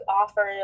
offer